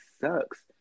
sucks